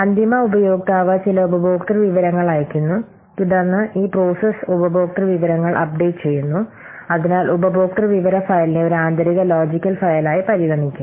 അന്തിമ ഉപയോക്താവ് ചില ഉപഭോക്തൃ വിവരങ്ങൾ അയയ്ക്കുന്നു തുടർന്ന് ഈ പ്രോസസ്സ് ഉപഭോക്തൃ വിവരങ്ങൾ അപ്ഡേറ്റുചെയ്യുന്നു അതിനാൽ ഉപഭോക്തൃ വിവര ഫയലിനെ ഒരു ആന്തരിക ലോജിക്കൽ ഫയലായി പരിഗണിക്കും